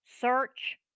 Search